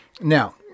Now